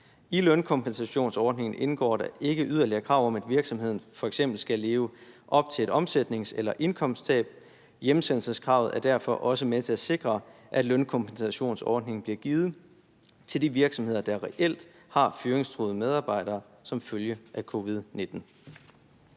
I lønkompensationsordningen indgår der ikke yderligere krav om, at virksomheden f.eks. skal leve op til et omsætnings- eller indkomsttab. Hjemsendelseskravet er derfor også med til at sikre, at lønkompensationsordningen bliver givet til de virksomheder, der reelt har fyringstruede medarbejdere som følge af covid-19.